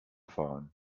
fahren